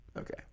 Okay